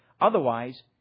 Otherwise